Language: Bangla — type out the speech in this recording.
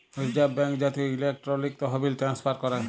রিজার্ভ ব্যাঙ্ক জাতীয় ইলেকট্রলিক তহবিল ট্রান্সফার ক্যরে